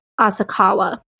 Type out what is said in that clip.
Asakawa